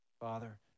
Father